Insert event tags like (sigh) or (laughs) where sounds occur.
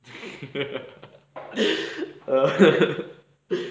(laughs)